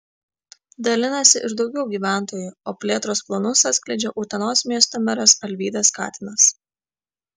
dalinasi ir daugiau gyventojų o plėtros planus atskleidžia utenos miesto meras alvydas katinas